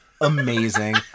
amazing